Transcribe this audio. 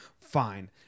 fine